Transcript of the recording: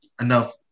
enough